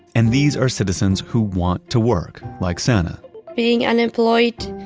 and these are citizens who want to work, like sana being unemployed,